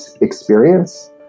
experience